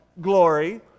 glory